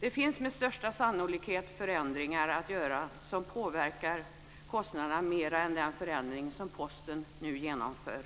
Det finns med största sannolikhet förändringar att göra som påverkar kostnaderna mera än den förändring som Posten nu genomför.